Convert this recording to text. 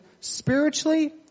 spiritually